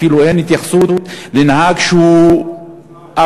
אפילו אין התייחסות לנהג שהוא עבריין,